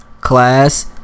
Class